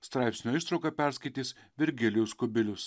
straipsnio ištrauką perskaitys virgilijus kubilius